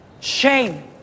Shame